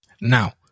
now